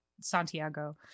Santiago